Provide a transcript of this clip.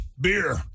beer